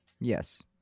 Yes